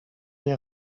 les